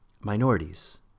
minorities